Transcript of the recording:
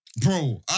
Bro